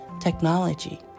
technology